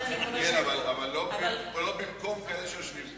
אבל לא במקום כאלה שיושבים פה.